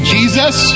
Jesus